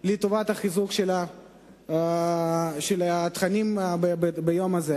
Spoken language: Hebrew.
לטובת חיזוק התכנים ביום הזה.